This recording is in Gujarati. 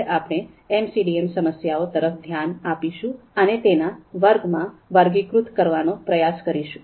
હવે આપણે એમસીડીએમ સમસ્યાઓ તરફ ધ્યાન આપીશું અને તેના વર્ગમાં વર્ગીકૃત કરવાનો પ્રયાસ કરીશું